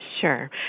Sure